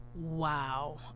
Wow